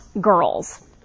girls